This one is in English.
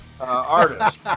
artist